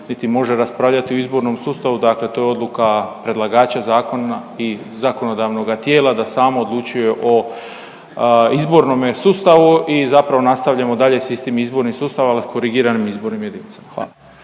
može raspravljati o izbornom sustavu. Dakle, to je odluka predlagača zakona i zakonodavnoga tijela da samo odlučuje o izbornome sustavu i zapravo nastavljamo dalje s istim izbornim sustavom ali korigiranim izbornim jedinicama.